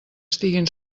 estiguin